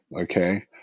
okay